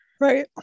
right